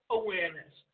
awareness